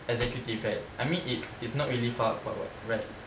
executive right I mean it's it's not really far apart [what] right